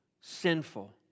sinful